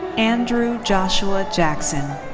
andrew joshua jackson.